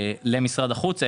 פנייה מספר 112-109, משרד החוץ.